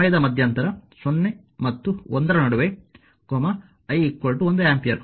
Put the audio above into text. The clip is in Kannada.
ಆದ್ದರಿಂದ i ಈ ಸಂದರ್ಭದಲ್ಲಿ ಸಮಯದ ಮಧ್ಯಂತರ 0 ಮತ್ತು 1 ರ ನಡುವೆ i 1 ಆಂಪಿಯರ್